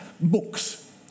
books